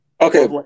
Okay